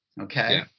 okay